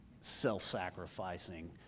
self-sacrificing